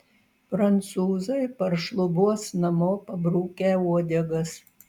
prancūzai paršlubuos namo pabrukę uodegas